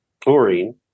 chlorine